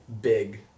big